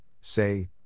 say